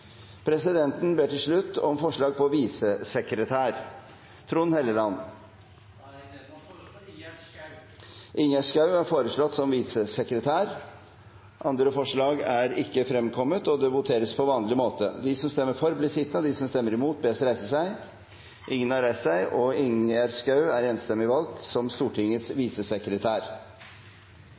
Presidenten ber så om forslag på visesekretær . Jeg foreslår Ingjerd Schou . Ingjerd Schou er foreslått som visesekretær. – Andre forslag foreligger ikke. Det voteres på vanlig måte. Ingjerd Schou er dermed valgt til Stortingets visesekretær.